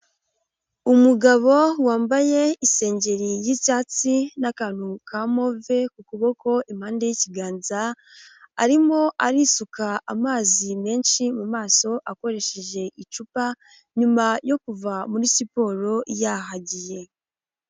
Umugabo wambaye isengeri y'icyatsi n'akantu ka move ku kuboko impande y'ikiganza, arimo arisuka amazi menshi mu mumaso akoresheje icupa nyuma yo kuva muri siporo yahagiye.